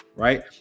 Right